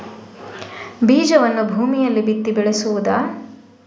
ಬೀಜವನ್ನು ಭೂಮಿಯಲ್ಲಿ ಬಿತ್ತಿ ಬೆಳೆಸುವುದಾ?